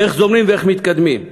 ואיך זורמים ואיך מתקדמים.